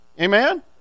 Amen